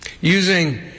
Using